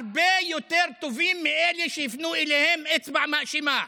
הרבה יותר טובים מאלה שהפנו אליהם אצבע מאשימה.